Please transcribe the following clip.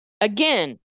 again